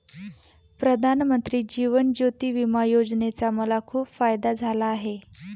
प्रधानमंत्री जीवन ज्योती विमा योजनेचा मला खूप फायदा झाला आहे